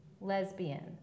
lesbian